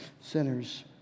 sinners